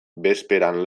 bezperan